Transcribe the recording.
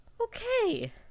Okay